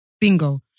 Bingo